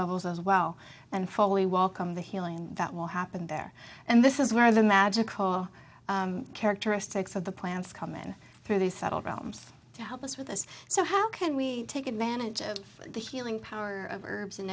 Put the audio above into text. levels as well and fully welcome the healing that will happen there and this is where the magical characteristics of the plants come in through these subtle realms to help us with this so how can we take advantage of the healing power of herbs in